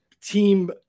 team